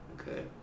okay